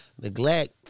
neglect